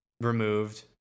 removed